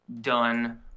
done